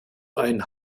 ein